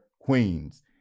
Queens